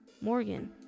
Morgan